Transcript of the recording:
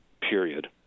period